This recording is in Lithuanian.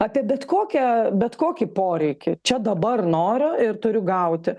apie bet kokią bet kokį poreikį čia dabar noriu ir turiu gauti